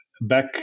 back